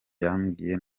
yambwiye